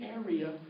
area